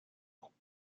groupe